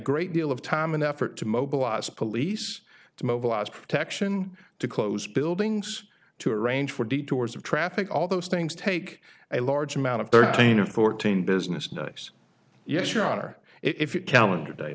great deal of time and effort to mobilize police to mobilize protection to close buildings to arrange for detours of traffic all those things take a large amount of thirteen or fourteen business yes your honor if you calendar day